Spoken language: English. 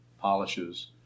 polishes